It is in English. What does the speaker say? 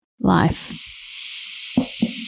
life